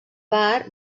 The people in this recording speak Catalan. bar